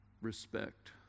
respect